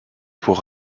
pour